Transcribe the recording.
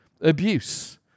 abuse